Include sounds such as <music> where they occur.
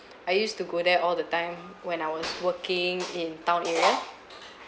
<breath> I used to go there all the time when I was working in town area